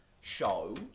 show